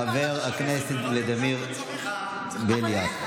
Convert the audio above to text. חבר הכנסת ולדימיר בליאק,